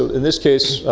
in this case,